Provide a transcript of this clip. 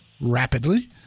rapidly